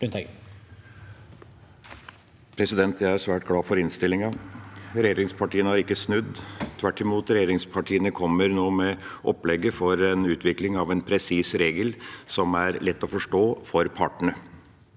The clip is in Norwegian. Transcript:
Jeg er svært glad for innstillinga. Regjeringspartiene har ikke snudd. Tvert imot kommer regjeringspartiene nå med opplegget for utvikling av en presis regel som er lett å forstå for partene.